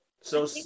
So-